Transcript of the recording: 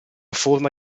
forma